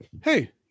hey